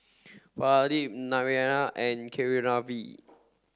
Pradip Naraina and Keeravani